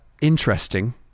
interesting